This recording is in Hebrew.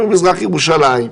או ממזרח ירושלים,